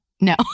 no